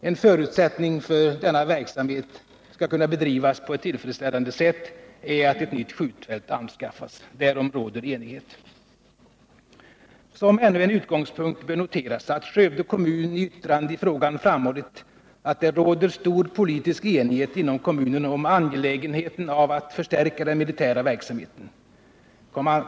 En förutsättning för att denna verksamhet skall kunna bedrivas på ett tillfredsställande sätt är att ett nytt skjutfält anskaffas. Därom råder enighet. Som ännu en utgångspunkt bör noteras att Skövde kommun i yttrande i frågan framhållit, att det råder stor politisk enighet inom kommunen om angelägenheten av att förstärka den militära verksamheten.